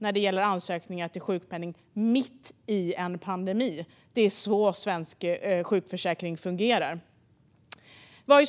rekordmånga sjukpenningansökningar. Det är så svensk sjukförsäkring fungerar.